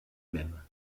même